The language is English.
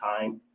time